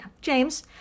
James